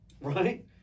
Right